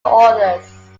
authors